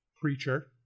creature